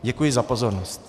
Děkuji za pozornost.